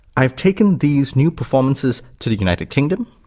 i have taken these new performances to the united kingdom,